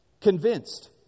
convinced